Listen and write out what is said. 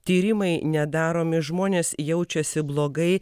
tyrimai nedaromi žmonės jaučiasi blogai